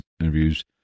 interviews